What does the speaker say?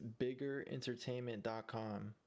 biggerentertainment.com